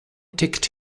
ticked